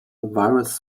virus